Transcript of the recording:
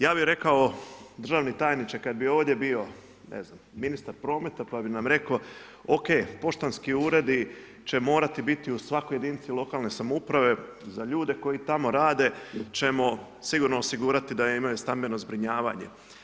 Ja bi rekao, državni tajniče, kada bi ovdje bio, ne znam ministar prometa, pa bi nam rekao, ok, poštanski uredi će morati biti u svakoj jedinici lokalne samouprave za ljude koji tamo rade ćemo sigurno osigurati da imaju stambeno zbrinjavanije.